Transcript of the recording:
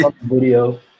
video